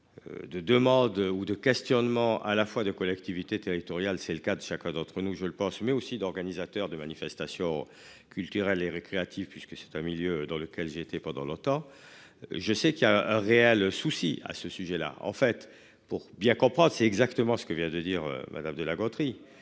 De de mode ou de questionnement à la fois des collectivités territoriales. C'est le cas de chacun d'entre nous je le pense mais aussi d'organisateurs de manifestations culturelles et récréatives, puisque c'est un milieu dans lequel j'ai été pendant longtemps. Je sais qu'il y a un réel souci à ce sujet-là en fait. Pour bien comprendre, c'est exactement ce que vient de dire Madame de La Gautry.